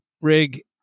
rig